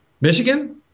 Michigan